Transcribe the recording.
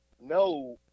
No